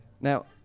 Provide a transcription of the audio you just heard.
Now